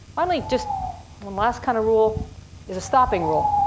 finally just one last kind of rule is a stopping rule.